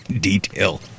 detail